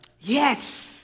Yes